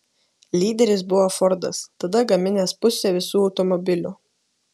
lyderis buvo fordas tada gaminęs pusę visų automobilių